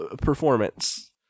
performance